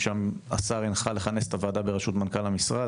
שהשר הנחה לכנס את הוועדה בראשות מנכ"ל המשרד,